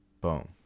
Boom